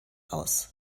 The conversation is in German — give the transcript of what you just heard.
aus